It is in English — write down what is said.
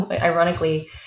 ironically